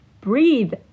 Breathe